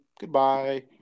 Goodbye